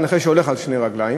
נכה שהולך על שתי רגליים.